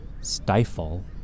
stifle